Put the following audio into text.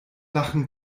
lachen